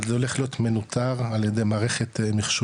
אבל זה הולך להיות מנוטר על ידי מערכת מחשובית.